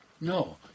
No